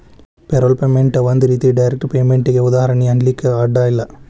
payroll payment ಒಂದ್ ರೇತಿ direct ಪೇಮೆನ್ಟಿಗೆ ಉದಾಹರ್ಣಿ ಅನ್ಲಿಕ್ಕೆ ಅಡ್ಡ ಇಲ್ಲ